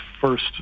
first